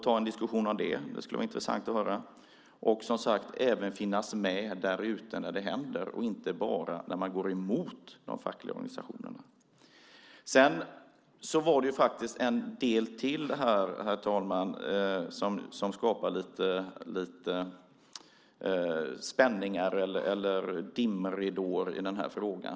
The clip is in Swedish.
Ta en diskussion om detta - det skulle vara intressant att höra. Som sagt kan man även finnas med där ute när det händer och inte bara när man går emot de fackliga organisationerna. Sedan var det faktiskt en del till här, herr talman, som skapar lite spänningar eller dimridåer i denna fråga.